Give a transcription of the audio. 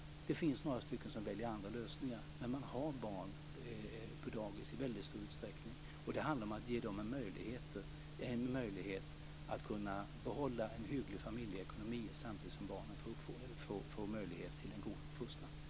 Det finns några stycken som väljer andra lösningar, men man har barn på dagis i stor utsträckning. Det handlar om att ge dem en möjlighet att behålla en hygglig familjeekonomi samtidigt som barnen får möjlighet till en god uppfostran.